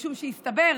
משום שהסתבר